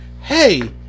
Hey